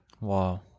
Wow